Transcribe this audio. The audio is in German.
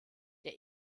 der